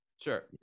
Sure